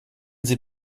sie